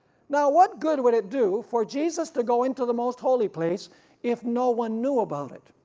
now what good would it do for jesus to go into the most holy place if no one knew about it?